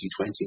2020